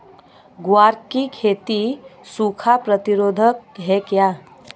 ग्वार की खेती सूखा प्रतीरोधक है क्या?